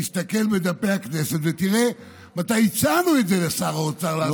תסתכל בדפי הכנסת ותראה מתי הצענו לשר האוצר לעשות את זה.